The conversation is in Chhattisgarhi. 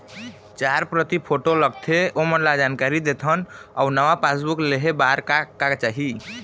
चार प्रति फोटो लगथे ओमन ला जानकारी देथन अऊ नावा पासबुक लेहे बार का का चाही?